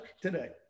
today